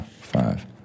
five